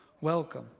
Welcome